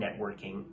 networking